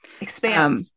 Expand